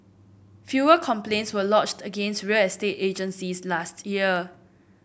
fewer complaints were lodged against real estate agencies last year